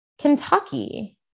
Kentucky